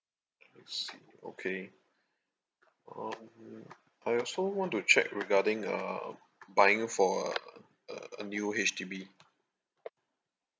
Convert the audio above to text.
I see okay um I also want to check regarding uh buying for a uh a new H_D_B